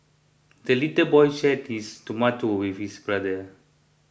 the little boy shared his tomato with his brother